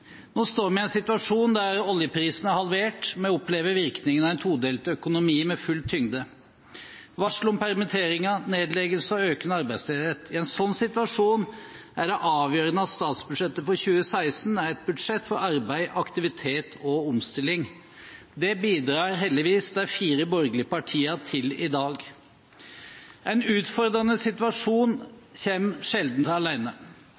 Nå står vi i en situasjon der oljeprisen er halvert, vi opplever virkningen av en todelt økonomi med full tyngde: varsel om permitteringer, nedleggelser og økende arbeidsledighet. I en sånn situasjon er det avgjørende at statsbudsjettet for 2016 er et budsjett for arbeid, aktivitet og omstilling. Det bidrar heldigvis de fire borgerlige partiene til i dag. En utfordrende situasjon kommer sjelden